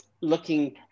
looking